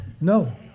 No